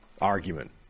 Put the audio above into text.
argument